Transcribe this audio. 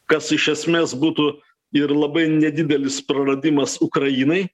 kas iš esmės būtų ir labai nedidelis praradimas ukrainai